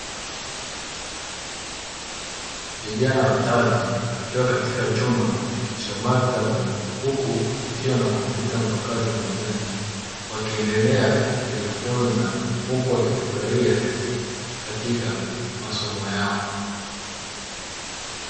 Vijana watatu wakiwa katika chumba cha maktaba huku kukiwa na kompyuta mpakato mezani wakiendelea kujifunza huku wakifurahia katika masomo yao.